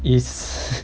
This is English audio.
is